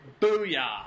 Booyah